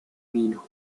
vino